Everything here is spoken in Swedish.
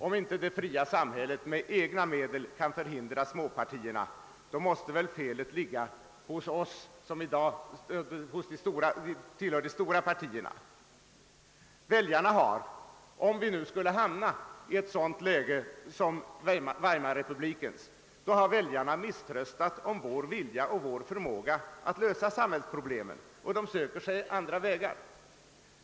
Om inte det fria samhället med egna medel kan förhindra småpartierna, då måste väl felet ligga hos oss som tillhör de stora partierna. Om vi nu skulle hamna i ett sådant läge som Weimarrepubliken, så har väljarna misströstat om vår vilja och vår förmåga att lösa samhällsproblemen, och de söker sig då andra vägar.